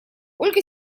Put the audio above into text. ольга